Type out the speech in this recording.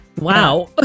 Wow